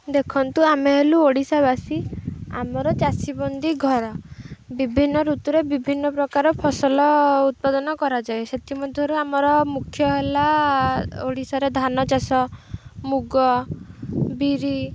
ଦେଖନ୍ତୁ ଆମେ ହେଲୁ ଓଡ଼ିଶାବାସୀ ଆମର ଚାଷୀ ବନ୍ଦୀ ଘର ବିଭିନ୍ନ ଋତୁରେ ବିଭିନ୍ନ ପ୍ରକାର ଫସଲ ଉତ୍ପାଦନ କରାଯାଏ ସେଥିମଧ୍ୟରୁ ଆମର ମୁଖ୍ୟ ହେଲା ଓଡ଼ିଶାରେ ଧାନ ଚାଷ ମୁଗ ବିରି